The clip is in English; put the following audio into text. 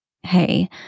Hey